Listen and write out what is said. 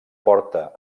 porta